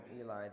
Eli